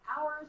hours